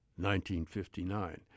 1959